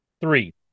Three